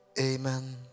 Amen